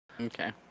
Okay